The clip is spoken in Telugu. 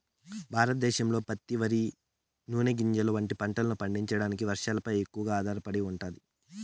భారతదేశంలో పత్తి, వరి, నూనె గింజలు వంటి పంటలను పండించడానికి వర్షాలపై ఎక్కువగా ఆధారపడి ఉంటాది